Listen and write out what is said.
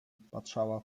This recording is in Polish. patrzała